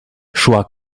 szła